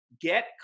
Get